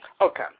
Okay